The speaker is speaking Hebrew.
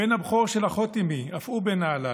הבן הבכור של אחות אימי, אף הוא בן נהלל,